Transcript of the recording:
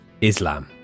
Islam